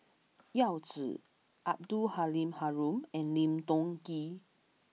Yao Zi Abdul Halim Haron and Lim Tiong Ghee